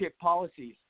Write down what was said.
policies